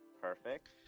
perfect